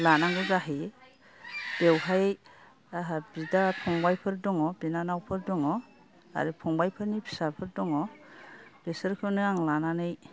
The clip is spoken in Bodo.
लानांगौ जाहैयो बेवहाय आंहा बिदा फंबायफोर दङ बिनानावफोर दङ आरो फंबायफोरनि फिसाफोर दङ बिसोरखौनो आं लानानै